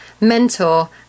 mentor